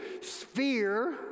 Sphere